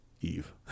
Eve